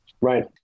Right